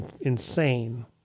insane